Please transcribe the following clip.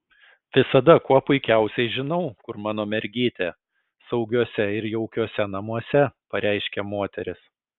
visada kuo puikiausiai žinau kur mano mergytė saugiuose ir jaukiuose namuose pareiškė moteris